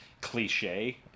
cliche